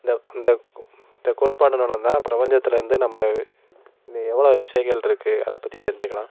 இந்த இந்த இந்த கோட்பாடுன்னோன்னே தான் பிரபஞ்சத்தில் வந்து நம்ம எவ்வளோ விசைகளிருக்கு அதைப் பற்றி தெரிஞ்சுக்கலாம்